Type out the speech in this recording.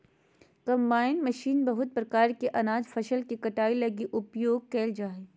combine machine बहुत प्रकार के अनाज फसल के कटाई लगी उपयोग कयल जा हइ